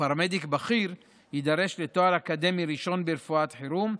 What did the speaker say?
פרמדיק בכיר יידרש לתואר אקדמי ראשון ברפואת חירום,